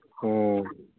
ꯑꯣ